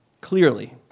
clearly